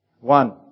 One